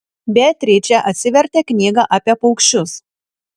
beatričė atsivertė knygą apie paukščius